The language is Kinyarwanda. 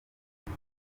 kuwa